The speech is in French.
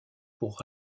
pour